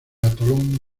atolón